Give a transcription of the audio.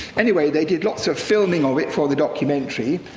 anyway, they did lots of filming of it for the documentary,